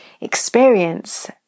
experience